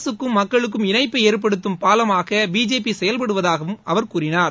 அரசுக்கும் மக்களுக்கும் இணைப்பை ஏற்படுத்தும் பாலமாக பிஜேபி செயல்படுவதாகவும் அவர் கூறினார்